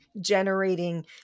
generating